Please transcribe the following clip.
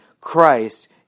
christ